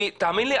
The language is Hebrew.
כי תאמין לי,